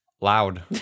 loud